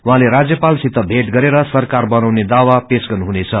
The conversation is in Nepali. उाहाँले राज्यपाल सित भेट गरेर सरकार बनाउने दावा पेश गर्नुहुनेछ